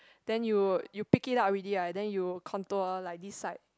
then you you pick it up already right then you contour like this side